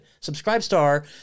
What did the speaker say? Subscribestar